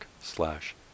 slash